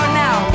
now